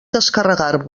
descarregar